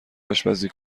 آشپزی